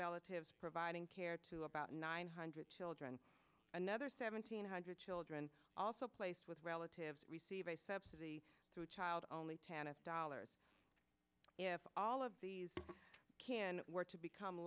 relatives providing care to about nine hundred children another seventeen hundred children also placed with relatives receive a subsidy through child only tanis dollars if all of these can work to become